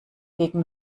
gegen